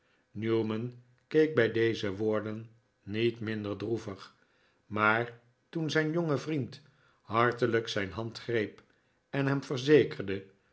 newman keek bij deze woorden niet minder droevig maar toen zijn jonge vriend hartelijk zijn hand greep en hem verzekerde